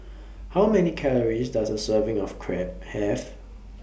How Many Calories Does A Serving of Crepe Have